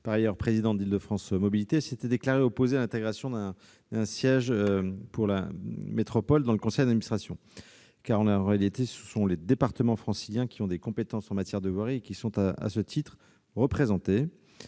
par ailleurs présidente d'Île-de-France Mobilités, s'était déclarée opposée à l'intégration d'un siège pour la métropole dans le conseil administration. En effet, ce sont en réalité les départements franciliens qui ont des compétences en matière de voirie et qui sont à ce titre représentés.